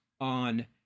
on